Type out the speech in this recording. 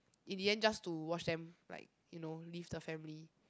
in the end just to watch them like you know leave the family